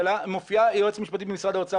מופיעה יועצת משפטית במשרד האוצר,